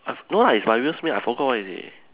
uh no lah it's by Will Smith I forgot what is it